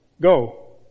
Go